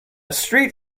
street